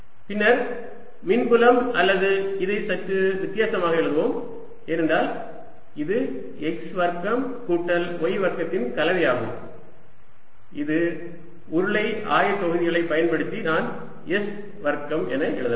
பின்னர் மின்புலம் அல்லது இதை சற்று வித்தியாசமாக எழுதுவோம் ஏனென்றால் இது x வர்க்கம் கூட்டல் y வர்க்கத்தின் கலவையாகும் இது உருளை ஆயத்தொகுதிகளைப் பயன்படுத்தி நான் s வர்க்கம் என எழுதலாம்